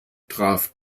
traf